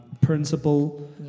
principle